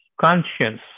conscience